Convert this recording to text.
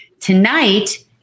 Tonight